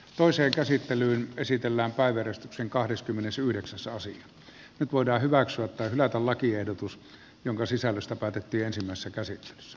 toiseen käsittelyyn käsitellään kaveri sen kahdeskymmenesyhdeksäs saa sen nyt voidaan hyväksyä tai hylätä lakiehdotus jonka sisällöstä päätettiin ensimmäisessä käsittelyssä